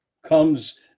comes